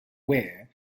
wear